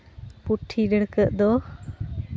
ᱯᱩᱸᱴᱷᱤ ᱰᱟᱹᱲᱠᱟᱹᱜ ᱫᱚ